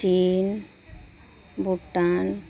ᱪᱤᱱ ᱵᱷᱩᱴᱟᱱ